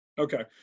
Okay